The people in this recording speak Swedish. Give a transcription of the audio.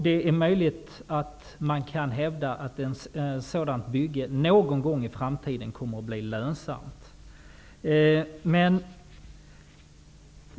Det är möjligt att man kan hävda att ett sådant bygge någon gång i framtiden kommer att bli lönsamt.